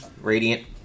radiant